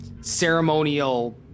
ceremonial